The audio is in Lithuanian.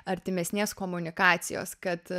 artimesnės komunikacijos kad